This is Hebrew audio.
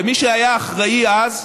ומי שהיה אחראי אז,